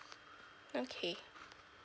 okay